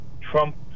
trump